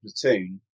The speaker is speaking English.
Platoon